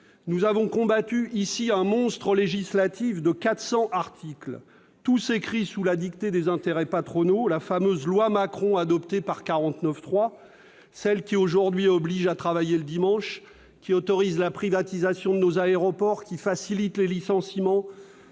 Nous avons combattu ici même un monstre législatif de 400 articles, ... Eh oui !... tous écrits sous la dictée des intérêts patronaux, la fameuse loi Macron adoptée par 49.3, ... Exact !... celle qui, aujourd'hui, oblige à travailler le dimanche, qui autorise la privatisation de nos aéroports régionaux, qui facilite les licenciements,